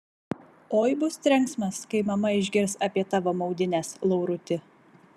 oi bus trenksmas kai mama išgirs apie tavo maudynes lauruti